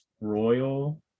royal